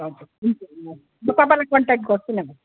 म तपाईँलाई कन्ट्याक गर्छु नभए